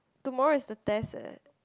tomorrow is the test leh